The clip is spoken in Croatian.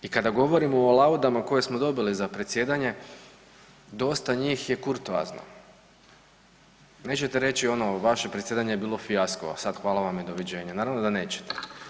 I kada govorimo o laudama koje smo dobili za predsjedanje dosta njih je kurtoazno, nećete reći ono vaše predsjedanje je bilo fijasko, a sad hvala vam i doviđenja, naravno da nećete.